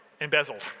embezzled